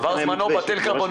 עבר זמנו בטל קורבנו.